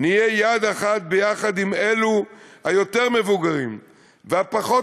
נהיה יד אחת ביחד עם אלו היותר-מבוגרים והפחות-חזקים.